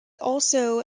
also